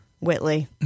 Whitley